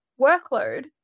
workload